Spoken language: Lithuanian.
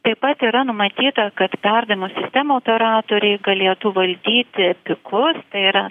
taip pat yra numatyta kad perdavimo sistemų operatoriai galėtų valdyti pikus tai yra